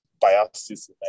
biases